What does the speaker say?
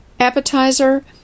Appetizer